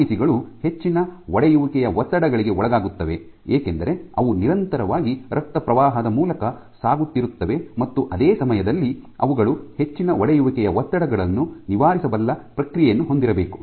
RBC ಗಳು ಹೆಚ್ಚಿನ ಒಡೆಯುವಿಕೆಯ ಒತ್ತಡಗಳಿಗೆ ಒಳಗಾಗುತ್ತವೆ ಏಕೆಂದರೆ ಅವು ನಿರಂತರವಾಗಿ ರಕ್ತಪ್ರವಾಹದ ಮೂಲಕ ಸಾಗುತ್ತಿರುತ್ತವೆ ಮತ್ತು ಅದೇ ಸಮಯದಲ್ಲಿ ಅವುಗಳು ಹೆಚ್ಚಿನ ಒಡೆಯುವಿಕೆಯ ಒತ್ತಡಗಳನ್ನು ನಿವಾರಿಸಬಲ್ಲ ಪ್ರಕ್ರಿಯೆಯನ್ನು ಹೊಂದಿರಬೇಕು